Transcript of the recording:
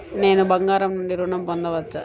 నేను బంగారం నుండి ఋణం పొందవచ్చా?